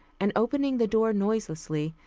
and opening the door noiselessly,